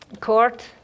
court